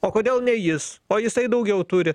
o kodėl ne jis o jisai daugiau turi